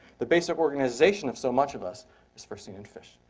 the base of organization of so much of us is first seen in fish.